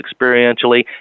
experientially